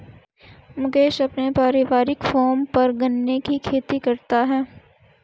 मुकेश अपने पारिवारिक फॉर्म पर गन्ने की खेती करता है